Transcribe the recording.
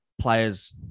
players